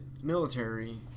military